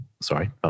sorry